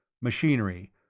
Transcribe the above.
machinery